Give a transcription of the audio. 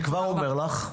אני בבית הזה כבר עשר שנים,